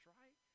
right